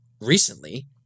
recently